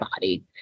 body